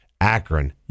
Akron